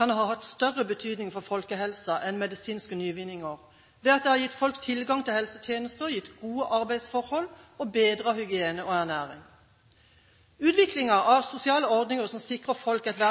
kan ha hatt større betydning for folkehelsen enn medisinske nyvinninger ved at det har gitt folk tilgang til helsetjenester, gitt gode arbeidsforhold og bedret hygiene og ernæring. Utviklingen av sosiale ordninger som sikrer folk et